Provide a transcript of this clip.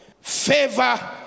favor